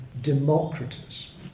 Democritus